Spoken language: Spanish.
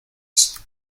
eso